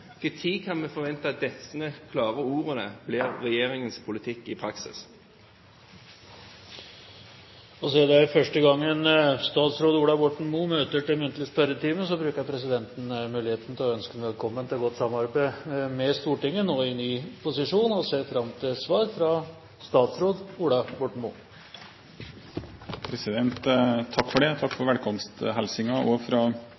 kan vi forvente at disse klare ordene blir regjeringens politikk i praksis? Siden det er første gangen statsråd Ola Borten Moe møter til muntlig spørretime, bruker presidenten muligheten til å ønske velkommen til godt samarbeid med Stortinget, nå i ny posisjon, og ser fram til svar fra statsråd Ola Borten Moe. Takk for det, og takk for velkomsthilsninger også fra